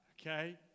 okay